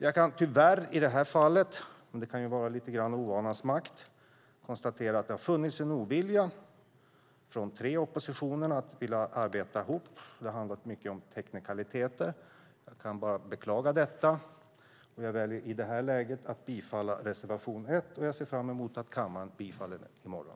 I det här fallet kan jag tyvärr - det kan vara lite grann ovanans makt - konstatera att det har funnits en ovilja från tre i oppositionen att arbeta ihop. Det har mycket handlat om teknikaliteter. Jag kan bara beklaga detta. I det här läget väljer jag att yrka bifall till reservation 1 och ser fram emot att kammaren bifaller den i morgon.